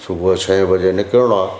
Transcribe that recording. सुबुहु छहे बजे निकिरिणो आहे